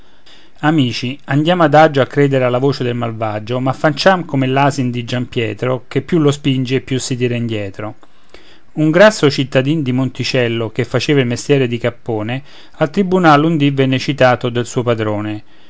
amici andiamo adagio a credere alla voce del malvagio ma facciam come l'asin di giampietro che più lo spingi e più si tira indietro un grasso cittadin di monticello che faceva il mestiere di cappone al tribunal un dì venne citato del suo padrone